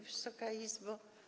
Wysoka Izbo!